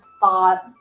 thought